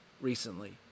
recently